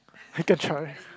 I can try